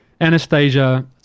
Anastasia